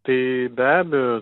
tai be abejo